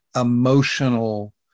emotional